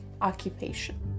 occupation